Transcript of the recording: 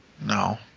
No